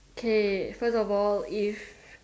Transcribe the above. K first of all it's